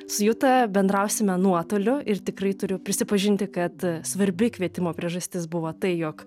su juta bendrausime nuotoliu ir tikrai turiu prisipažinti kad svarbi kvietimo priežastis buvo tai jog